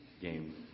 game